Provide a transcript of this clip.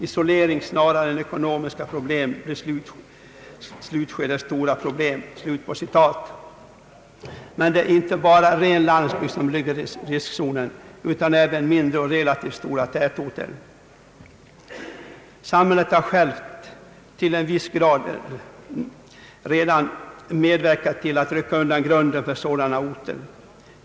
Isolering snarare än ekonomiska problem blir slutskedets stora problem.» Men det är inte bara ren landsbygd som ligger i riskzonen utan även mindre och relativt stora tätorter. Samhället har självt till en viss grad medverkat till att rycka undan grunden för sådana orter.